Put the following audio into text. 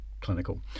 Clinical